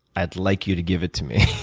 i'd like you to give it to me.